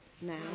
now